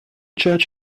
church